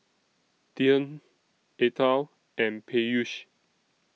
Dhyan Atal and Peyush